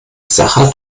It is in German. sacher